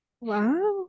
Wow